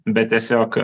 bet tiesiog